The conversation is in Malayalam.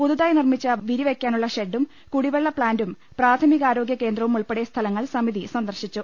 പുതുതായി നിർമ്മിച്ച വിരിവെക്കാനുള്ള ഷെഡും കുടിവെള്ള പ്ലാന്റും പ്രാഥമികാരോഗൃ കേന്ദ്രവും ഉൾപ്പെടെ സ്ഥലങ്ങൾ സമിതി സന്ദർശിച്ചു